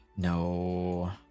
no